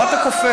מה אתה קופץ?